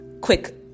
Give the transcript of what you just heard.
quick